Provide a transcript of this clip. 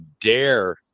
dare